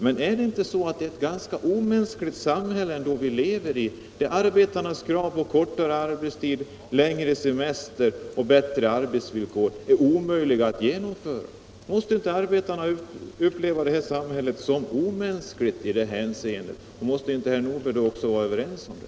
Men är det inte ändå ett ganska omänskligt samhälle vi lever i, där arbetarnas krav på kortare arbetstid, längre semester och bättre arbetsvillkor är omöjliga att genomföra? Måste inte arbetarna uppleva det här samhället som omänskligt i det hänseendet, och måste inte herr Nordberg då också vara överens med mig om det?